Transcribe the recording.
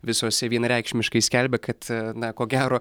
visos vienareikšmiškai skelbia kad na ko gero